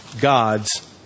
God's